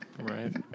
Right